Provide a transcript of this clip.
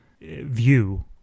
view